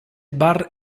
bar